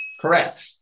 Correct